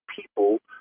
people